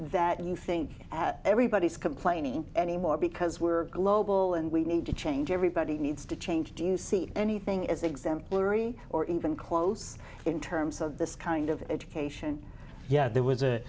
that you think everybody's complaining anymore because we're global and we need to change everybody needs to change do you see anything as exemplary or even close in terms of this kind of education yet there was a